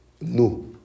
No